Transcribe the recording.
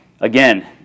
again